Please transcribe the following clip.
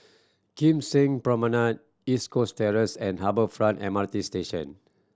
Kim Seng Promenade East Coast Terrace and Harbour Front M R T Station